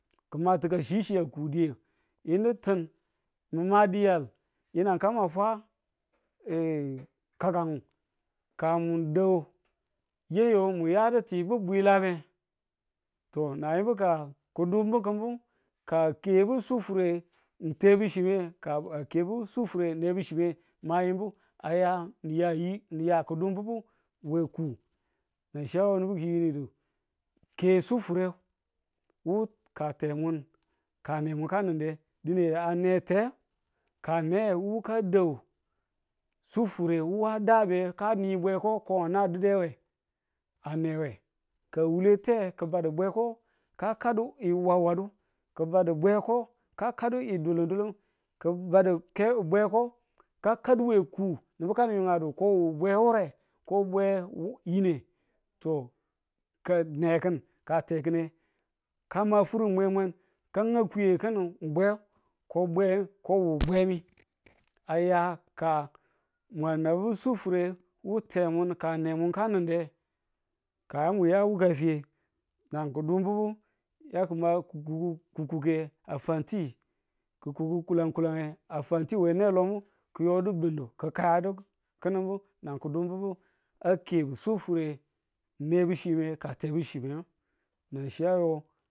ki̱ matika chi chi a kuditu yinu ti̱n ni̱ma diyal yi̱nang kan ma fwa, kakang ka mun daw yeyu mu yadi ti wu bwilange to na yimbu ka ko dumbukunu ka a kiye bu surufe ng tebi chiye ka a kebu sufureng nebu chiye ma yin bu a ya niyayi ni ya ki̱dumbubu we kul nan chi a yo nubu ki̱yinidu ke sufure wo ka temun ka nemun ne ka ninde dine a ne te ka ne wu ka da daw sufurewu a dabe kani bwe ko ko nga nan dibe we a newe ka wule te ye ki̱badu bweko kakadu ng wawadu ki̱ badu we bweko ka kadu ng dulun dulun ki̱ badu ke bwe ko ka kadu we kuu nubu kanin yungadu ko wu bwe wure ko bwe yine to ka neki̱n ka teki̱n ne ka ma furu mwemweng ka nga kuye ko ni̱n ko bwe ko bwe ko bwemi a ya ka mwa nabu sufure wu temun ka nemun kani̱nde ka ye muya wuka fiye nan ki̱bunbubu ya ki̱ ma kukuduu kukude ka fanti kukudu kulan kulange a fanti we ne lo nge ki̱yodu dulum ki̱kayadu ki̱nin bu nan ki̱bunbubu a ke sufure nebu chiye ka tebu chiyeng nan chi ayo